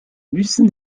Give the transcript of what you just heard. müssen